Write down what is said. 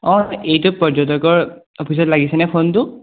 অঁ এইটো পৰ্যটকৰ অফিচত লাগিছেনে ফোনটো